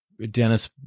Dennis